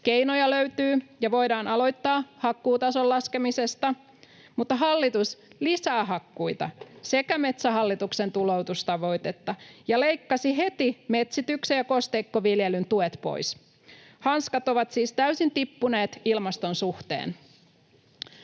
Keinoja löytyy. Ne voidaan aloittaa hakkuutason laskemisesta, mutta hallitus lisää hakkuita sekä Metsähallituksen tuloutustavoitetta ja leikkasi heti metsityksen ja kosteikkoviljelyn tuet pois. Hanskat ovat siis täysin tippuneet ilmaston suhteen.